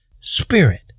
spirit